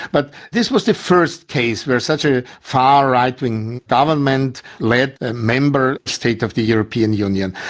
but this was the first case where such a far-right-wing government led a member state of the european union.